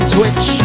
Twitch